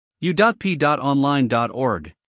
u.p.online.org